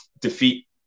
defeat